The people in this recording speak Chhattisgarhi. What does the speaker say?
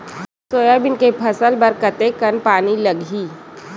सोयाबीन के फसल बर कतेक कन पानी लगही?